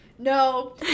No